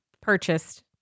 purchased